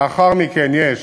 לאחר מכן יש: